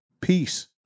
Peace